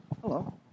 Hello